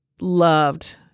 loved